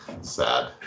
sad